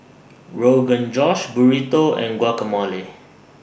Rogan Josh Burrito and Guacamole